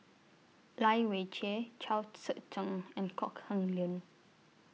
Lai Weijie Chao Tzee Cheng and Kok Heng Leun